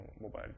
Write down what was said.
mobile